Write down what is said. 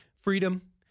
Freedom